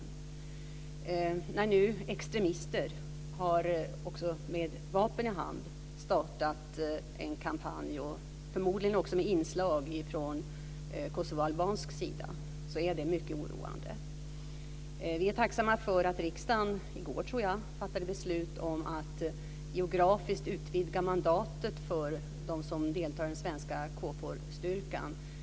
Det är mycket oroande att extremister nu, med vapen i hand och förmodligen också med inslag från kosovoalbansk sida, har startat en kampanj. Vi är tacksamma för att riksdagen - jag tror att det var i går - fattade beslut om att geografiskt utvidga mandatet för dem som deltar i den svenska KFOR-styrkan.